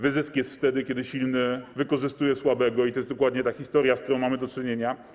Wyzysk jest wtedy, kiedy silny wykorzystuje słabego, i to jest dokładnie ta historia, z którą mamy do czynienia.